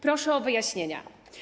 Proszę o wyjaśnienia.